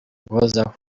uguhozaho